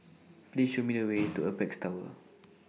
Please Show Me The Way to Apex Tower